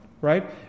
right